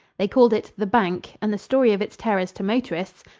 they called it the bank, and the story of its terrors to motorists,